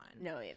No